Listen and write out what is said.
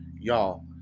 y'all